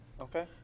Okay